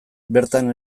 bertan